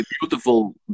beautiful